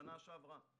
משנה שעברה,